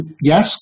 yes